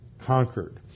conquered